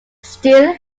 steele